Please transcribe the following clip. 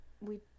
We-